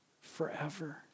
forever